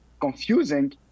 confusing